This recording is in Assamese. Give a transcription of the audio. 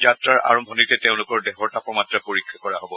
যাত্ৰাৰ আৰম্ভণিতে তেওঁলোকৰ দেহৰ তাপমাত্ৰা পৰীক্ষা কৰা হ'ব